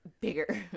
bigger